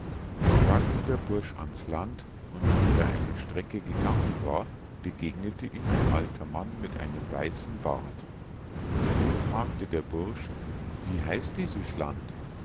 da ging der bursch ans land und wie er eine strecke gegangen war begegnete ihm ein alter mann mit einem weißen bart den fragte der bursch wie heißt dieses land